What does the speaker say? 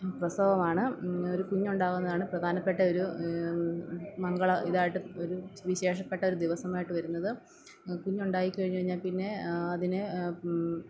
പ്രസവമാണ് ഒരു കുഞ്ഞുണ്ടാവുന്നതാണ് പ്രധാനപ്പെട്ട ഒരു മംഗളം ഇതായിട്ടു ഒരു വിശേഷപ്പെട്ട ഒരു ദിവസമായിട്ട് വരുന്നത് കുഞ്ഞുണ്ടായി കഴിഞ്ഞു കഴിഞ്ഞാൽ പിന്നെ അതിന്